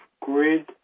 grid